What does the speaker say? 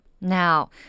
Now